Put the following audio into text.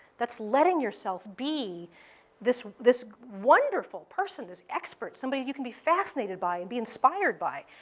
that's letting yourself be this this wonderful person, this expert, somebody you can be fascinated by and be inspired by.